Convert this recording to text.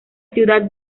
ciudad